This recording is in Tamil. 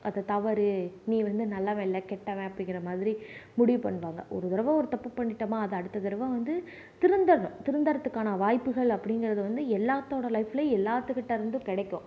அது தவறு நீ ஒன்றும் நல்லவன் இல்லை கெட்டவன் அப்படிங்குற மாதிரி முடிவு பண்ணுவாங்க ஒரு தடவை ஒரு பண்ணிட்டோமா அது அடுத்த தடவை வந்து திருந்தணும் திருந்ததற்கான வாய்ப்புகள் அப்படிங்கறது வந்து எல்லாத்தோட லைஃப்லயும் எல்லாத்துகிட்ட இருந்தும் கிடைக்கும்